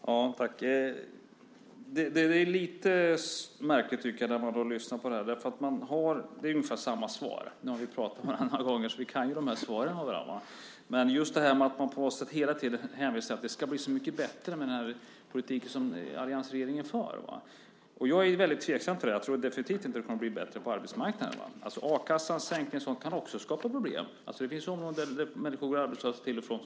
Fru talman! Det är lite märkligt, tycker jag, när man lyssnar på det här. Det är ungefär samma svar. Nu har vi pratat med varandra några gånger så vi kan de här svaren. Man hänvisar hela tiden till att det ska bli så mycket bättre med den politik som alliansregeringen för. Jag är väldigt tveksam till det. Jag tror definitivt inte att det kommer att bli bättre på arbetsmarknaden. A-kassans sänkning och sådant kan också skapa problem. Det finns områden där människor går arbetslösa till och från.